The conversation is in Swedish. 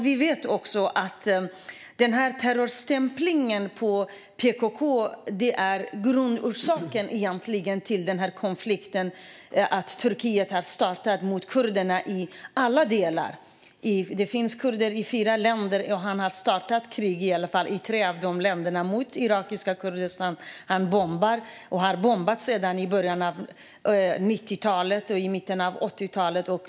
Vi vet att terrorstämplingen av PKK egentligen är grundorsaken till den konflikt som Turkiet har startat mot kurderna i alla områden. Det finns kurder i fyra länder. Man har i varje fall startat krig i tre av länderna mot irakiska Kurdistan. Man bombar och har bombat sedan mitten av 80-talet och 90-talet.